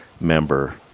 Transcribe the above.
member